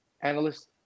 analysts